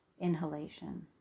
inhalation